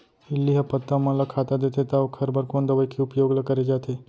इल्ली ह पत्ता मन ला खाता देथे त ओखर बर कोन दवई के उपयोग ल करे जाथे?